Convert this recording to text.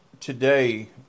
Today